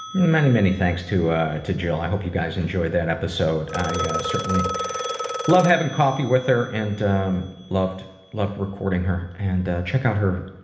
many many thanks to to jill. i hope you guys enjoyed that episode. i certainly loved having coffee with her and um loved loved recording her. and check out her